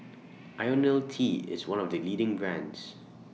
Ionil T IS one of The leading brands